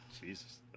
Jesus